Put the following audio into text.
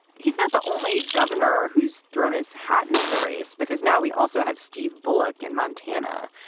he's not the only governor who's thrown his hat into the race, because now we also have steve bullock in montana.